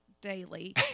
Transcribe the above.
daily